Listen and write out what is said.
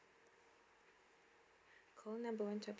call number one